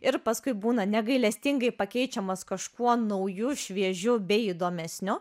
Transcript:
ir paskui būna negailestingai pakeičiamas kažkuo nauju šviežiu bei įdomesniu